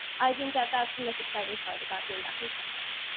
i think that that's the most exciting part about being back in campus.